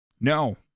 No